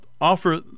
offer